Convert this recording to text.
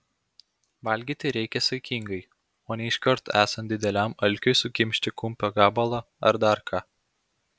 valgyti reikia saikingai o ne iš karto esant dideliam alkiui sukimšti kumpio gabalą ar dar ką